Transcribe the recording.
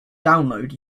download